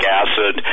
acid